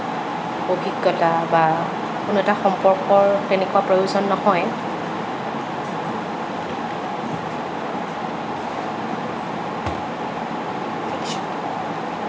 অভিজ্ঞতা বা কোনো এটা সম্পৰ্কৰ তেনেকুৱা প্ৰয়োজন নহয়